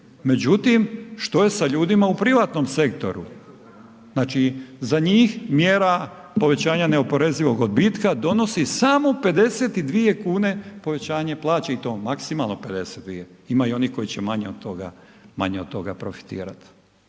međutim što je sa ljudima u privatnom sektoru? Znači za njih mjera povećanja neoporezivog odbitka, donosi samo 52 kn povećanje plaće i to maksimalno 52, ima i onih koji će manje od toga profitirati.